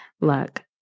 Look